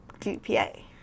GPA